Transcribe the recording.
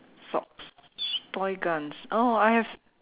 socks toy guns oh I have